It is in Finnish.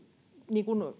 niin